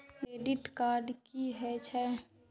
Credit card की हे छे?